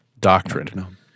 doctrine